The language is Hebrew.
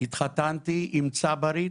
התחתנתי עם צברית,